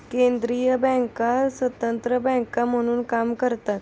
केंद्रीय बँका स्वतंत्र बँका म्हणून काम करतात